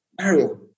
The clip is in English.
Mario